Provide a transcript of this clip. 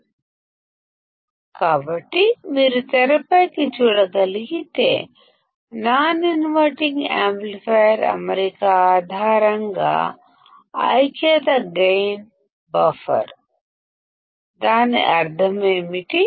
అర్థం చేసుకోవడం ప్రారంబిద్దాము కాబట్టి మీరు తెరపై గమనిస్తే నాన్ ఇన్వర్టింగ్ యాంప్లిఫైయర్ అమరిక ఆధారిత యూనిటీ గైన్ బఫర్ దాని అర్థం ఏమిటి